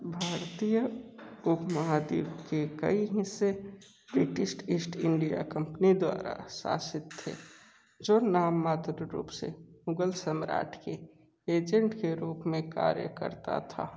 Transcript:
भारतीय उपमहाद्वीप के कई हिस्से ब्रिटिश ईस्ट इंडिया कंपनी द्वारा शासित थे जो नाम मात्र रूप से मुगल सम्राट के एजेंट के रूप मे कार्य करता था